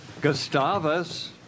Gustavus